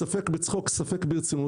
ספק בצחוק ספק ברצינות,